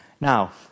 Now